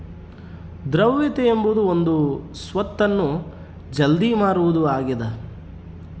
ದ್ರವ್ಯತೆ ಎಂಬುದು ಒಂದು ಸ್ವತ್ತನ್ನು ಜಲ್ದಿ ಮಾರುವುದು ಆಗಿದ